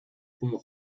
pudo